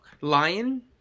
Lion